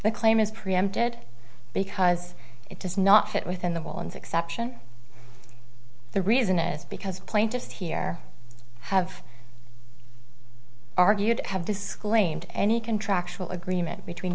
the claim is preempted because it does not fit within the ones exception the reason is because plaintiffs here have argued have disclaimed any contractual agreement between